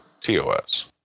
TOS